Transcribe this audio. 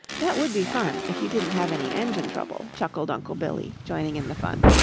that would be fun, if you didn't have any engine trouble, chuckled uncle billy, joining in the fun.